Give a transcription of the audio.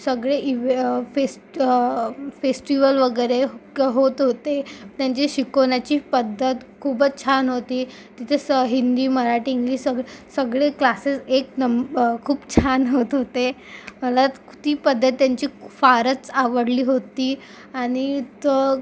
सगळे इव्हे fest festival वगैरे कं होत होते त्यांची शिकवण्याची पद्धत खूपच छान होती तिथे स हिंदी मराठी इंग्लिश सगळ् सगळे क्लासेस एक नंबर खूप छान होत होते मला ती पद्धत त्यांची खू फारच आवडली होती आणि तर